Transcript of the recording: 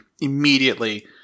immediately